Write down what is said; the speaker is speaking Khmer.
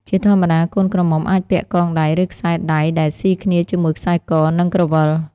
ជាធម្មតាកូនក្រមុំអាចពាក់កងដៃឬខ្សែដៃដែលស៊ីគ្នាជាមួយខ្សែក និង ក្រវិល។